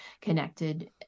connected